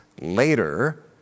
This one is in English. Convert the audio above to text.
later